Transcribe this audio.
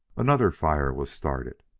another fire was started.